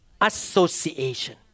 association